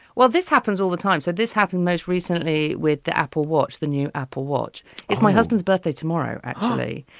well, this happens all the time. so this happened most recently with the apple watch. the new apple watch is my husband's birthday tomorrow, actually.